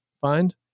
find